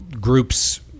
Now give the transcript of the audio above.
groups